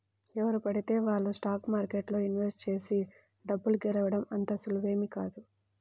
ఎవరు పడితే వాళ్ళు స్టాక్ మార్కెట్లో ఇన్వెస్ట్ చేసి డబ్బు గెలవడం అంత సులువేమీ కాదు